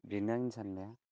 बिनो आंनि सान्नाया